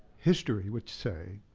history would say,